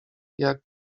jak